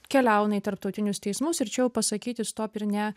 keliauna į tarptautinius teismus ir čia jau pasakyti stop ir ne